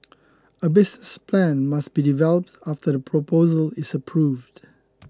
a business plan must be developed after the proposal is approved